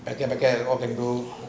packet packet more careful